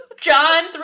John